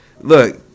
Look